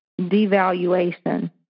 devaluation